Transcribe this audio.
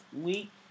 week